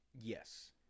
yes